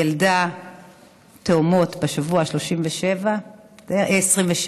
היא ילדה תאומות בשבוע ה-27 בערך,